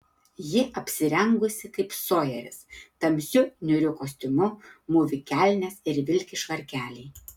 ji apsirengusi kaip sojeris tamsiu niūriu kostiumu mūvi kelnes ir vilki švarkelį